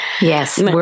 Yes